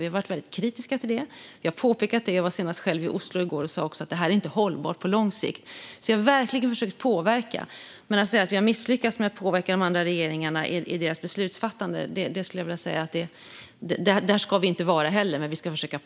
Vi har varit väldigt kritiska till detta och påpekat det. Jag var själv i Oslo senast i går och sa att detta inte är hållbart på lång sikt. Vi har alltså verkligen försökt påverka. Nu sägs det att vi har misslyckats med att påverka de andra regeringarna i deras beslutsfattande. Jag skulle vilja säga att det inte heller är där vi ska vara.